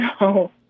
no